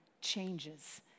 changes